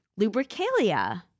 Lubricalia